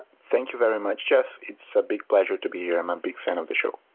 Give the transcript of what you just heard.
thank you very much, jeff. it's a big pleasure to be here. i'm a big fan of the show.